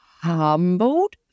humbled